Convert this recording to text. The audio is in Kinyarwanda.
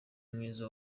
mwiza